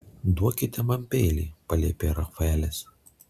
duokite man peilį paliepė rafaelis